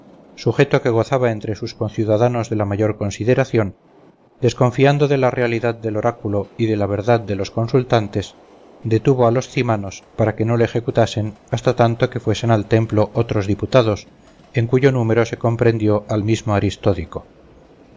sujeto que gozaba entre sus conciudadanos de la mayor consideración desconfiando de la realidad del oráculo y de la verdad de los consultantes detuvo a los cymanos para que no lo ejecutasen hasta tanto que fuesen al templo otros diputados en cuyo número se comprendió al mismo